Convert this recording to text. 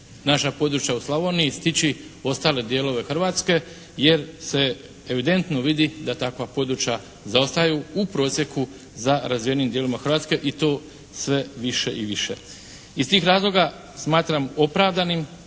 naša područja u Slavoniji stići ostale dijelove Hrvatske jer se evidentno vidi da takva područja zaostaju u prosjeku za razvijenijim dijelovima Hrvatske i to sve više i više. Iz tih razloga smatram opravdanim